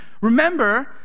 remember